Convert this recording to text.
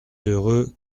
heureux